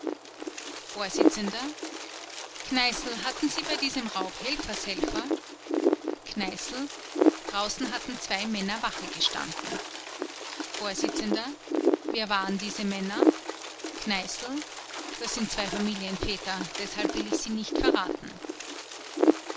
vors kneißl hatten sie bei diesem raub helfershelfer kneißl draußen hatten zwei männer wache gestanden vors wer waren diese männer kneißl das sind zwei familienväter deshalb will ich sie nicht verraten